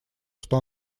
что